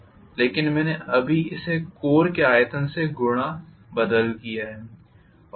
क्योंकि यह Hc है लेकिन मैंने अभी इसे कोर के आयतन से गुणा बदल किया है